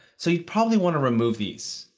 so you'd probably want to remove these.